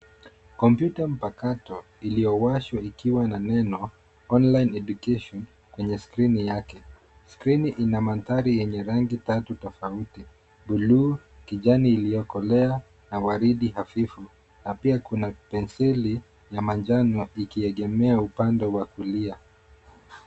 Kompyuta mpakato iliyowashwa ikiwa na neno online education kwenye skrini yake. Skrini ina maandhari yenye rangi tatu tofauti; buluu , kijani iliyokolea na waridi hafifu, na pia kuna penseli ya manjano ikiegemea upande wake wa kulia